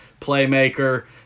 playmaker